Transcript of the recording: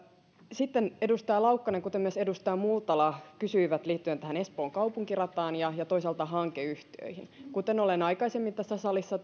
sitten edustaja laukkanen kuten myös edustaja multala kysyivät liittyen tähän espoon kaupunkirataan ja ja toisaalta hankeyhtiöihin kuten olen aikaisemmin tässä salissa